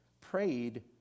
prayed